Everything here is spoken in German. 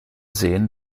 sehen